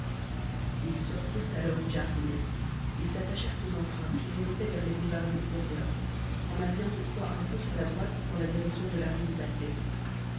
ils sortirent alors du jardinet et s'attachèrent aux empreintes qui remontaient vers les boulevards extérieurs en appuyant toutefois un peu sur la droite dans la direction de la rue du patay